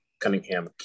cunningham